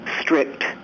strict